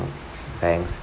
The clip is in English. banks